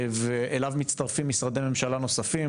ואליו מצטרפים משרדי ממשלה נוספים,